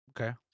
Okay